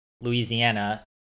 Louisiana